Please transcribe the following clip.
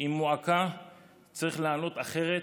עם מועקה צריך לענות אחרת.